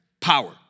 power